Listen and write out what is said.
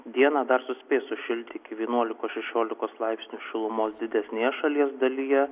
dieną dar suspės sušilti iki vienuolikos šešiolikos laipsnių šilumos didesnėje šalies dalyje